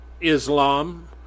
Islam